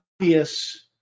obvious